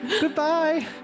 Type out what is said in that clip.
Goodbye